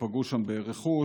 שפגעו שם ברכוש,